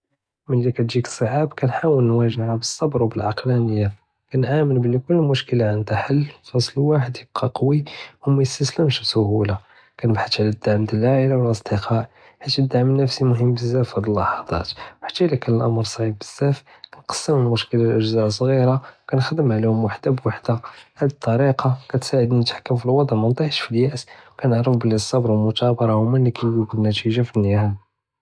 מלי כתג'יק אסעאב כנהאול מווג'האת בצלבר ו ו בעלקלאניה כנעמן בלי קול משרכה ענדהא ח'לול וחאס אלואחד ייבקה קווי ו מיסתסלמש בקלוסולה כנבחת עלא אלדעמ דיעל אלעאילה ואלאסדיקה בחית כנדעמ נפסי מנהום בזאף פהד אלאלח'דאת, חתי לקאן אלאומר עסעיב בזאף נגסם אלמשכל לאג'זאא ס'ג'ירה כנהדם עליהם וחדה בודהדה הדי אלתאריקה כתסעדני נתחכם פאלוضع מנטיחש פי אליאס כנערף בלי אלצבאר ו אלמתסאברה הומא לי קייג'יבו נתי'ה פאלניהאיה.